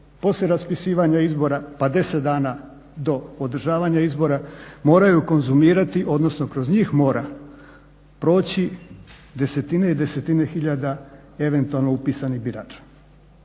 poslije raspisivanja izbora pa 10 dana do održavanja izbora moraju konzumirati odnosno kroz njih mora proći desetine i desetine hiljada eventualno upisanih birača.